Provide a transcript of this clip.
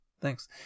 Thanks